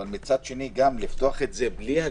אבל לפתוח בלי הגבלה?